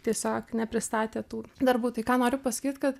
tiesiog nepristatė tų darbų tai ką noriu pasakyt kad